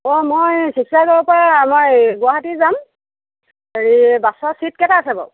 অ মই শিৱসাগৰৰ পৰা আমাৰ গুৱাহাটী যাম হেৰি বাছৰ চিট কেইটা আছে বাৰু